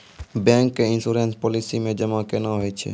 Bank के insurance policy मे जमा केना होय छै?